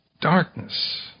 darkness